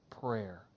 prayer